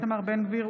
איתמר בן גביר,